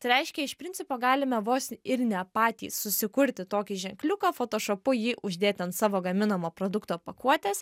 tai reiškia iš principo galime vos ir ne patys susikurti tokį ženkliuką fotošopu jį uždėti ant savo gaminamo produkto pakuotės